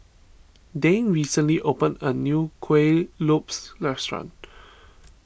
Dane recently opened a new Kuih Lopes restaurant